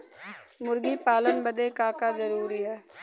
मुर्गी पालन बदे का का जरूरी ह?